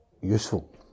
useful